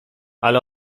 ale